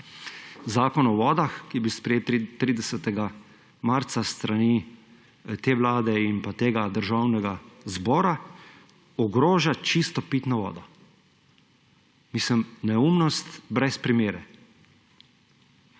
Zakon o vodah, ki je bil sprejet 30. marca s strani te vlade in tega državnega zbora, ogroža čisto pitno vodo. Neumnost brez primere!